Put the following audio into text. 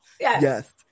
Yes